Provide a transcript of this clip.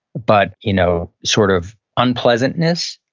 but you know sort of unpleasantness,